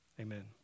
Amen